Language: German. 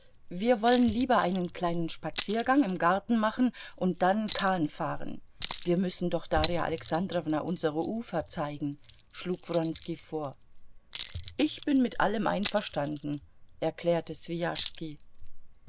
wir wollen lieber einen kleinen spaziergang im garten machen und dann kahn fahren wir müssen doch darja alexandrowna unsere ufer zeigen schlug wronski vor ich bin mit allem einverstanden erklärte